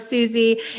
Susie